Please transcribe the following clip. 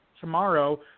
tomorrow